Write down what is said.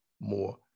more